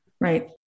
Right